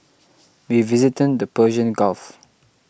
we visited the Persian Gulf